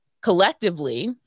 collectively